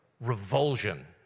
revulsion